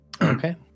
Okay